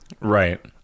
Right